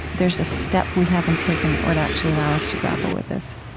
there's a step we haven't taken that would actually allow us to grapple with this